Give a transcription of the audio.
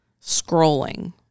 scrolling